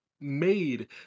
made